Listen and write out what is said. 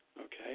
Okay